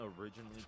originally